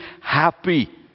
happy